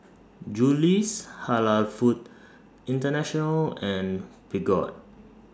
Julie's Halal Foods International and Peugeot